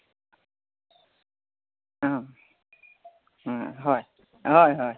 অঁ হয় হয়